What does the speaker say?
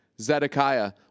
Zedekiah